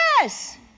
Yes